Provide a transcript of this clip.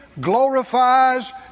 glorifies